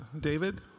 David